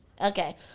okay